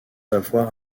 avoir